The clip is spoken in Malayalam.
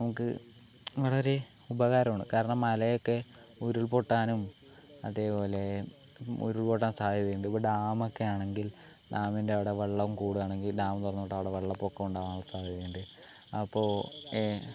നമുക്ക് ഇങ്ങനൊരു ഉപകാരമാണ് കാരണം മലയൊക്കെ ഉരുൾപൊട്ടാനും അതുപോലെ ഉരുൾപൊട്ടാൻ സാധ്യതയുണ്ട് ഇപ്പോൾ ഡാമൊക്കെയാണെങ്കിൽ ഡാമിൻ്റെ അവിടെ വെള്ളം കൂടാകയാണെങ്കിൾ ഡാം തുറന്നു വിട്ടാൽ അവിടെ വെള്ളപ്പൊക്കം ഉണ്ടാകാൻ സാധ്യതയുണ്ട് അപ്പോൾ